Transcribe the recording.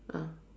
ah